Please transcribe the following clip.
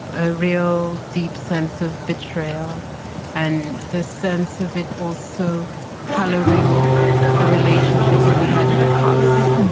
a real deep sense of betrayal and this sense of it also coloring the relationship that we had in the past,